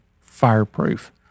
Fireproof